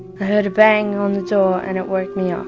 heard a bang on the door and it woke me um